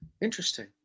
interesting